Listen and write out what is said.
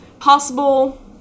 possible